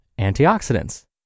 antioxidants